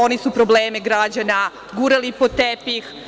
Oni su probleme građana gurali pod tepih.